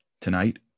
Tonight